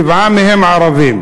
שבעה מהם ערבים,